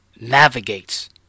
navigates